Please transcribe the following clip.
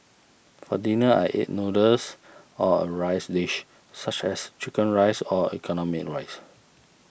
for dinner I eat noodles or a rice dish such as Chicken Rice or economy rice